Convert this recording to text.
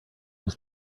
was